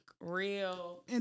real